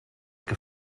que